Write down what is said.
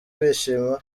bishima